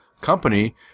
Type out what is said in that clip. company